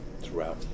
throughout